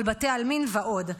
על בתי עלמין ועוד.